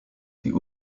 die